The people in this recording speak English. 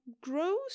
grows